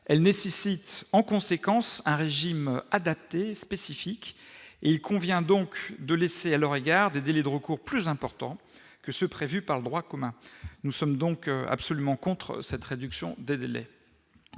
elle nécessite en conséquence un régime adapté spécifique et il convient donc de laisser à leur égard des délais de recours plus important que ceux prévus par le droit commun, nous sommes donc absolument contre cette réduction des délais.